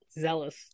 zealous